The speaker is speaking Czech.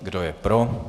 Kdo je pro?